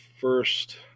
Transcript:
first